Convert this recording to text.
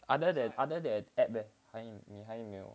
other than other than app eh 你还有没有